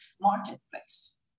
marketplace